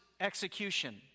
execution